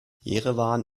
jerewan